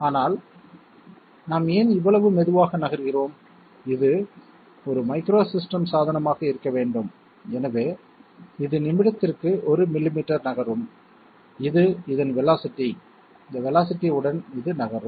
ஆனால் நாம் ஏன் இவ்வளவு மெதுவாக நகர்கிறோம் இது ஒரு மைக்ரோ சிஸ்டம் சாதனமாக இருக்க வேண்டும் எனவே இது நிமிடத்திற்கு 1 மில்லிமீட்டர் நகரும் இது இதன் வேலோஸிட்டி இந்த வேலோஸிட்டி உடன் இது நகரும்